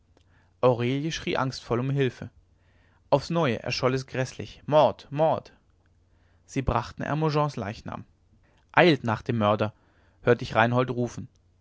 schrie angstvoll um hilfe aufs neue erscholl es gräßlich mord mord sie brachten hermogens leichnam eilt nach dem mörder hört ich reinhold rufen